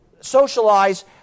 socialize